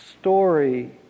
story